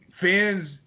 fans